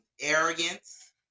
arrogance